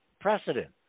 precedent